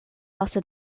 also